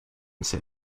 set